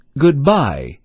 Goodbye